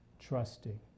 trusting